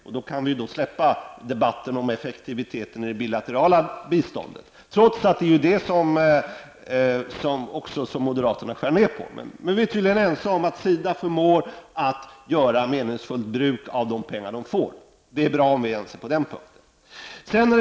Och då kan vi släppa debatten om effektiviteten i fråga om det bilaterala biståndet, trots att det är detta som moderaterna vill skära ned. Men vi är tydligen ense om att SIDA förmår att göra meningsfullt bruk av de pengar man får. Det är bra om vi är ense på den punkten.